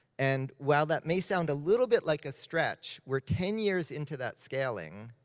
and while that may sound a little bit like a stretch, we're ten years into that scaling,